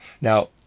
Now